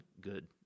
good